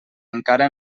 encara